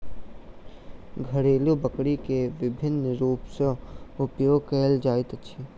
घरेलु बकरी के विभिन्न रूप सॅ उपयोग कयल जाइत अछि